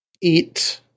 eat